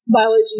biology